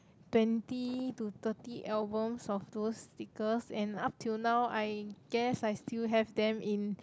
twenty to thirty albums of those stickers and up till now I guess I still have them in